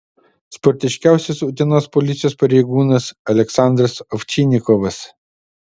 sportiškiausias utenos policijos pareigūnas aleksandras ovčinikovas